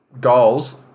goals